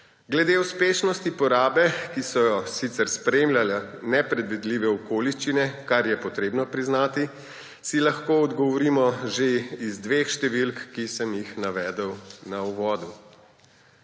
Glede uspešnosti porabe, ki so jo sicer spremljale nepredvidljive okoliščine, kar je potrebno priznati, si lahko odgovorimo že iz dveh številk, ki sem jih navedel na uvodu.